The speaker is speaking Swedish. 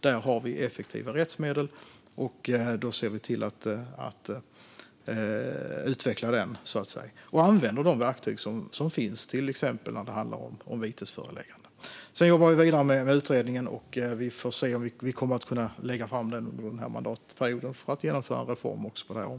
Där har vi effektiva rättsmedel, och vi ser till att så att säga utveckla den och använda de verktyg som finns till exempel när det handlar om vitesföreläggande. Vi jobbar vidare med utredningens förslag, och vi får se om vi under den här mandatperioden kommer att kunna lägga fram förslag för att genomföra reformer på det här området.